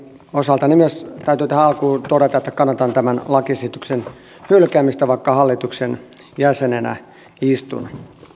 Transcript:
osaltani myös täytyy tähän alkuun todeta että kannatan tämän lakiesityksen hylkäämistä vaikka hallituksen jäsenenä istun